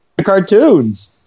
cartoons